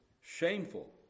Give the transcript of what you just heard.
shameful